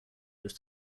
this